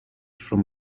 from